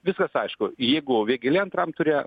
viskas aišku jeigu vėgėlė antram ture